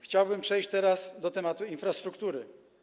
Chciałbym przejść teraz do tematu infrastruktury.